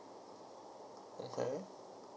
okay